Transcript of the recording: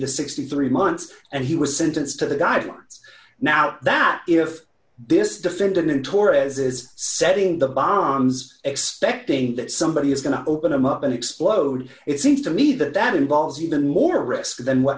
to sixty three months and he was sentenced to the guidelines now that if this defendant torres's setting the bombs expecting that somebody is going to open him up and explode it seems to me that that involves even more risk than what